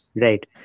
right